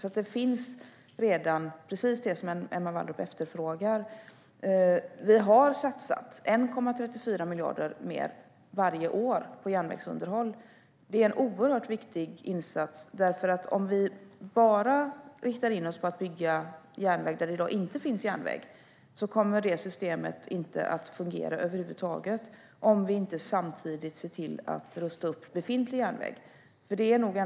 Det finns alltså redan precis det som Emma Wallrup efterfrågar. Vi har satsat 1,34 miljarder mer varje år på järnvägsunderhåll. Det är en oerhört viktig insats. Om vi bara riktar in oss på att bygga järnväg där det i dag inte finns järnväg kommer inte systemet att fungera över huvud taget, om vi inte samtidigt ser till att rusta upp befintlig järnväg.